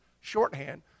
shorthand